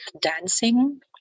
dancing